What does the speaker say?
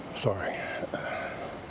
Sorry